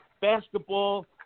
basketball